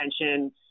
attention